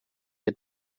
het